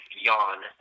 Yawn